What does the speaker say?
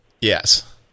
Yes